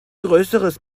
größeres